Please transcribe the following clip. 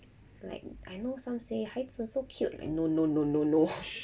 like I know some say 孩子 so cute no no no no no